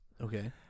Okay